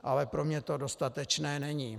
Ale pro mě to dostatečné není.